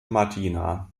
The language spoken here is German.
martina